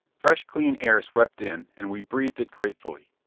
fresh clean air swept in, and we breathed, it gratefully.